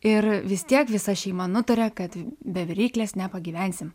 ir vis tiek visa šeima nutarė kad be viryklės nepagyvensim